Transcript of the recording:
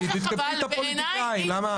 תתקפי את הפוליטיקאים, למה?